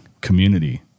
community